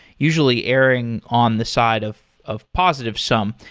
usually airing on the side of of positive-sum.